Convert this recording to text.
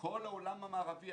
בכל העולם המערבי.